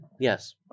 Yes